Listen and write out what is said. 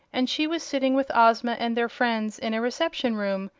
and she was sitting with ozma and their friends in a reception room,